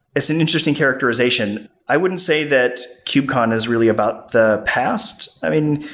it's an interesting characterization. i wouldn't say that kubecon is really about the past. i mean,